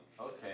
Okay